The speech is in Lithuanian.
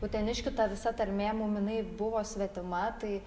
uteniškių ta visa tarmė mums mum jinai buvo svetima tai